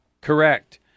correct